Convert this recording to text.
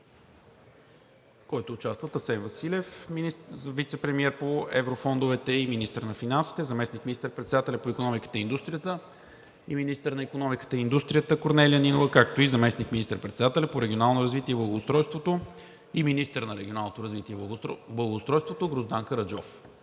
него участват Асен Василев – вицепремиер по еврофондовете и министър на финансите, заместник министър-председателят по икономиката и индустрията и министър на икономиката и индустрията Корнелия Нинова, както и заместник министър-председателят по регионалното развитие и благоустройството и министър на регионалното развитие и благоустройството Гроздан Караджов.